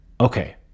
okay